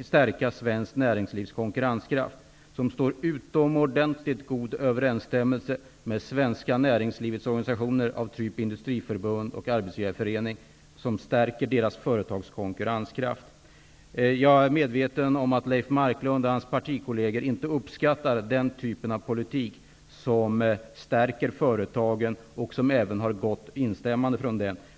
stärka svenskt näringslivs konkurrenskraft och som står i utomordentligt god överensstämmelse med det svenska näringslivets organisationer -- t.ex. och stärker deras företags konkurrenskraft. Jag är medveten om att Leif Marklund och hans partikolleger inte uppskattar den typ av politik som stärker företagen och som även möter ett gott instämmande från dem.